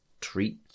treat